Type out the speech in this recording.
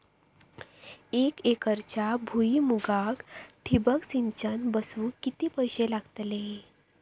एक एकरच्या भुईमुगाक ठिबक सिंचन बसवूक किती पैशे लागतले?